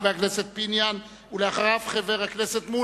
חבר הכנסת פיניאן, בבקשה.